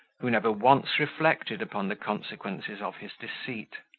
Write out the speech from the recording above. who never once reflected upon the consequences of his deceit.